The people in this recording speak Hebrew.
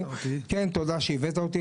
תודה שהבאת אותי,